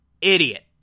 Idiot